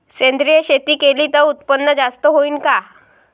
सेंद्रिय शेती केली त उत्पन्न जास्त होईन का?